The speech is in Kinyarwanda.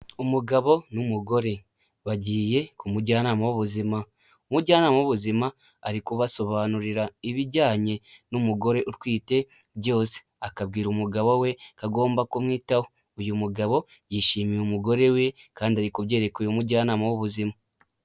Umugabo n'umugore bagiye ku mujyanama w'ubuzima, umujyanama w'ubuzima ari kubasobanurira ibijyanye n'umugore utwite byose, akabwira umugabo weuko agomba kumwitaho, uyu mugabo yishimiye umugore we kandi ari kubyereka uyu umujyanama w'ubuzima.